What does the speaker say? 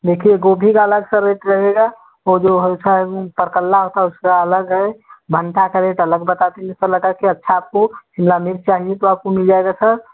देखिए गोभी का अलग सा रेट रहेगा वो जो हमेशा है वो परकल्ला होता है उसका अलग है भंटा का रेट अलग बता दीजिए ऐसा लगा की अच्छा आपको शिमला मिर्च चाहिए तो आपको मिल जाएगा सर